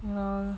you know